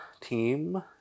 team